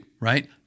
right